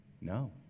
No